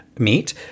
Meet